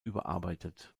überarbeitet